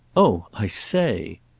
oh i say!